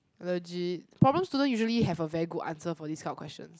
legit problem student usually have a very good answer for this kind of question